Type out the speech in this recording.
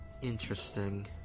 interesting